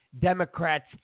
Democrats